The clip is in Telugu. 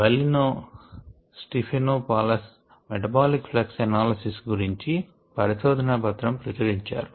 వల్లినో స్టిఫెనోపాలస్ మెటబాలిక్ ఫ్లక్స్ అనాలిసిస్ గురించి పరిశోధన పత్రం ప్రచురించారు